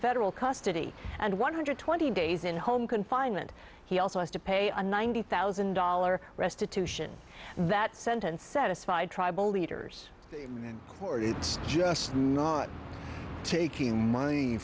federal custody and one hundred twenty days in home confinement he also has to pay a ninety thousand dollars restitution that sentence satisfied tribal leaders or it's just taking money